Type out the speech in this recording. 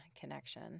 connection